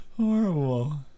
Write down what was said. Horrible